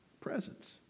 presence